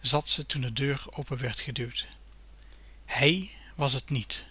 zat ze toen de deur open werd geduwd h ij was t niet